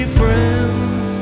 friends